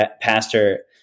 pastor